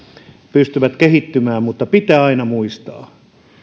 pystyvät kehittymään mutta pitää aina muistaa